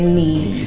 need